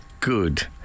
Good